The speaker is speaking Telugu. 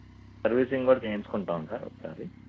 సర్వీసింగ్ కూడా చెయ్యించుకుంటాము సార్ ఒకసారి